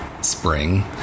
spring